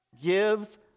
gives